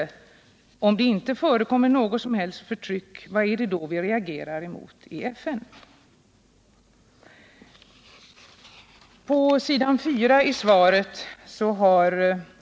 Om det inte förekommer något som helst förtryck förstår jag inte vad det är vi reagerar mot i FN i detta sammanhang.